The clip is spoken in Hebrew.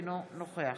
אינו נוכח